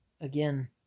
Again